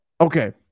Okay